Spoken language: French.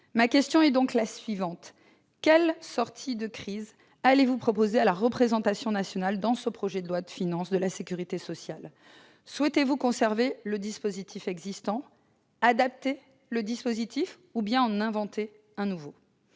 Ma question est la suivante : quelle sortie de crise allez-vous proposer à la représentation nationale dans le cadre du projet de loi de financement de la sécurité sociale pour 2019 ? Souhaitez-vous conserver le dispositif existant, l'adapter, ou bien en inventer un nouveau ?